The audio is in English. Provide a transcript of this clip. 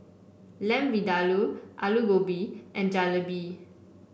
Lamb Vindaloo Alu Gobi and Jalebi